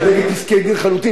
כי הוא נגד פסקי-דין חלוטים.